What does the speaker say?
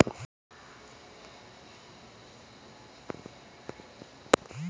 ಕರ್ನಾಟಕ ರಾಜ್ಯ ಮೂವತ್ತು ಸಹಕಾರಿ ಸಕ್ಕರೆ ಕಾರ್ಖಾನೆಗಳನ್ನು ಕಟ್ಟಿದೆ ಭಾರತವು ಹೆಚ್ಚು ಸಕ್ಕರೆ ಬಳಸೋ ದೇಶವಾಗಯ್ತೆ